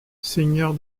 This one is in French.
seigneur